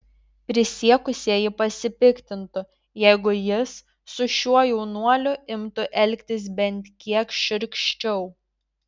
prisiekusieji pasipiktintų jeigu jis su šiuo jaunuoliu imtų elgtis bent kiek šiurkščiau